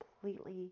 completely